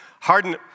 Harden